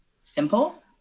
simple